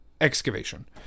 excavation